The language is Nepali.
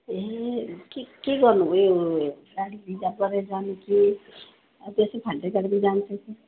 ए के के गर्नु उयो गाडी रिजर्भ गरेर जानु कि आधी आधी फाल्तु गाडीमा जानु